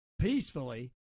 peacefully